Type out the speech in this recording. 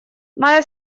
моя